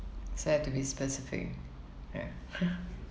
so have to be specific ya